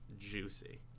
Juicy